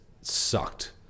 sucked